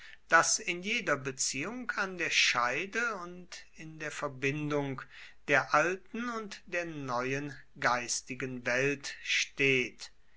das in jeder beziehung an der scheide und in der verbindung der alten und der neuen geistigen welt steht